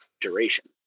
duration